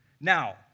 Now